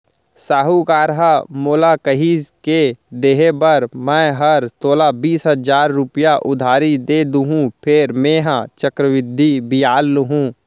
साहूकार ह मोला कहिस के देहे बर मैं हर तोला बीस हजार रूपया उधारी दे देहॅूं फेर मेंहा चक्रबृद्धि बियाल लुहूं